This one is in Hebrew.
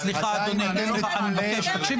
עם כל הכבוד